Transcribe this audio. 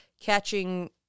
catching